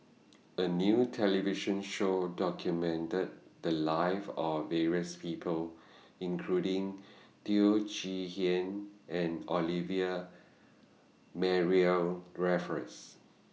A New television Show documented The Lives of various People including Teo Chee Hean and Olivia Mariamne Raffles